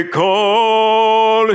call